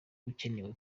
ukenewe